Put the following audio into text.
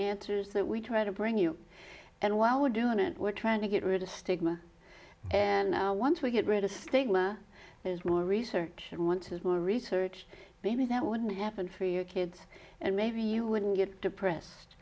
answers that we try to bring you and while we're doing it we're trying to get rid of stigma and once we get rid of stigma there's more research and want to more research maybe that wouldn't happen for your kids and maybe you wouldn't get depressed